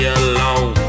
alone